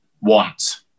want